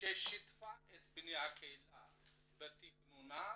ששיתפה את בני הקהילה בתכנונה,